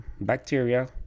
bacteria